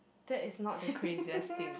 that is not the craziest thing